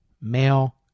male